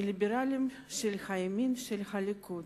מהליברלים של הימין של הליכוד,